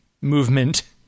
movement